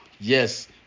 yes